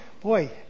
boy